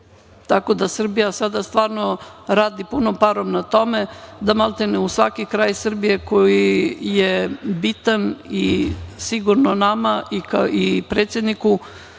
da, Srbija sada stvarno radi punom parom na tome da maltene u svaki kraj Srbije koji je bitan i nama i predsedniku